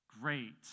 Great